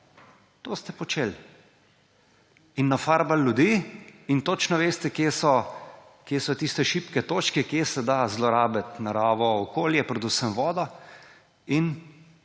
to ste počeli in nafarbali ljudi. In točno veste, kje so tiste šibke točke, kje se da zlorabiti naravo, okolje, predvsem vodo, in